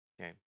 Okay